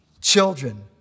Children